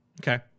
Okay